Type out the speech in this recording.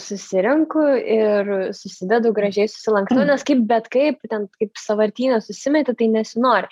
susirenku ir susidedu gražiai susilankstau nes kaip bet kaip ten kaip sąvartyne susimeti tai nesinori